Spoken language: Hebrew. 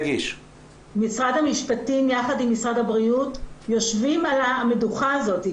משרד המשפטים יחד עם משרד הבריאות יושבים על המדוכה הזאת,